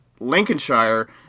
lincolnshire